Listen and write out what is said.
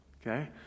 Okay